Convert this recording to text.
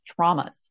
traumas